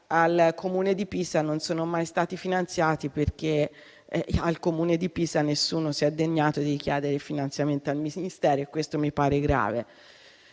al Comune di Pisa non sono mai stati finanziati, perché al Comune di Pisa nessuno si è degnato di chiedere il finanziamento al Ministero, e questo mi pare grave.